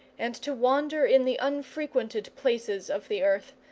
and to wander in the unfrequented places of the earth,